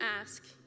ask